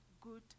good